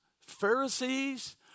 Pharisees